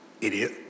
idiot